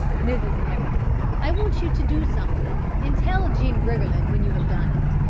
mrs. meredith, i want you to do something and tell jean briggerland when you have done it.